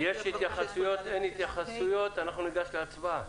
אם אין התייחסויות ניגש להצבעה.